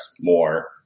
more